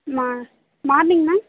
மா morning ma'am